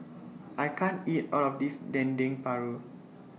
I can't eat All of This Dendeng Paru